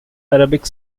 arabic